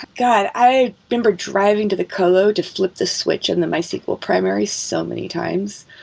god, i remember driving to the colo to flip the switch in the mysql primary so many times.